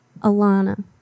Alana